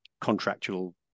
contractual